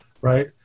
right